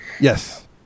Yes